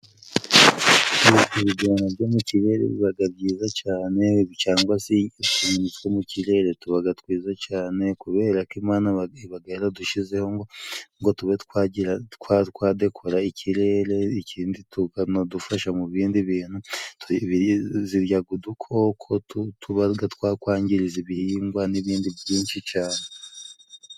Ibigoma byo mu kirere bibaga byiza cyane cyangwa se utunyoni two mu kirere tubaga twiza cyane kubera ko Imana ibaga yaradushyizeho ngo tube twa dekora ikirere, ikindi tukanadufasha mu bindi bintu, ziryaga udukoko tubaga twakwangiza ibihingwa n'ibindi byinshi cane.